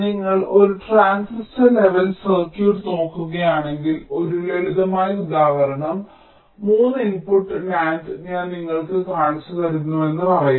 നിങ്ങൾ ഒരു transistor level circuit നോക്കുകയാണെങ്കിൽ ഒരു ലളിതമായ ഉദാഹരണം 3 ഇൻപുട്ട് NAND ഞാൻ നിങ്ങൾക്ക് കാണിച്ചുതരുന്നുവെന്ന് പറയുക